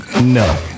No